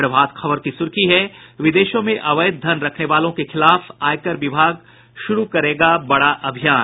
प्रभात खबर की सुर्खी है विदेशों में अवैध धन रखने वालों के खिलाफ आयकर विभाग शुरू करेगा बड़ा अभियान